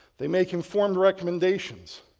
they may conform to recommendations.